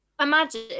imagine